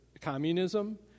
communism